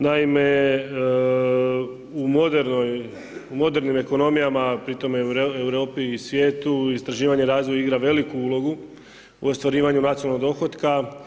Naime, u modernim ekonomijama, pri tome u Europi i svijetu, istraživanje i razvoj igra veliku ulogu u ostvarivanju nacionalnog dohotka.